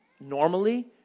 normally